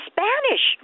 Spanish